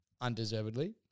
undeservedly